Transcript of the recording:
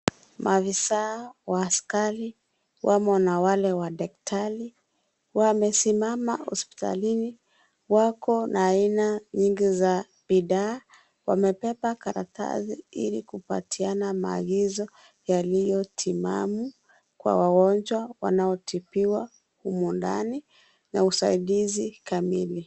Maafisaa wa askari wamo na wale wadaktari wamesimama hospitalini wako na aina mingi za bidhaa wamebeba karatasi ilikupatina maagizo yaliyo timamu kwa wagonjwa wanao tibiwa humu ndani na usaidizi kamili.